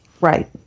Right